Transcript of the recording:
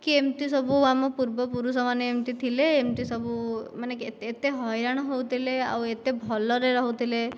କି ଏମିତି ସବୁ ଆମ ପୂର୍ବପୁରୁଷ ମାନେ ଏମିତି ଥିଲେ ଏମିତି ସବୁ ମାନେ ଏତେ ହଇରାଣ ହେଉଥିଲେ ଆଉ ଏତେ ଭଲରେ ରହୁଥିଲେ